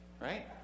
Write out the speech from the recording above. right